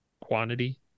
quantity